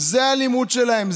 זה הלימוד שלהם,